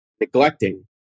neglecting